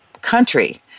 country